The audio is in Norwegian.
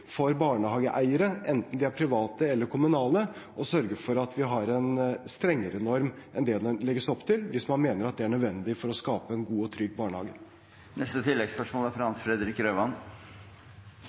for barnehageeiere, enten de er private eller kommunale, å sørge for at man har en strengere norm enn det det legges opp til, hvis man mener at det er nødvendig for å skape en god og trygg